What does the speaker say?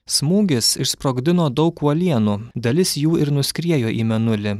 smūgis išsprogdino daug uolienų dalis jų ir nuskriejo į mėnulį